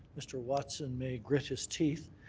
mr. watson may grit his teeth,